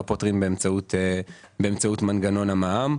לא פותרים באמצעות מנגנון ה מע"מ.